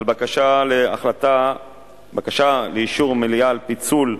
בבקשה לאישור המליאה לפיצול,